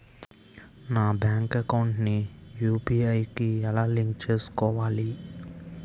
నా bank account ని UPI కి ఎలా లింక్ చేసుకోవాలి?